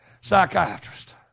psychiatrist